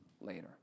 later